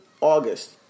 August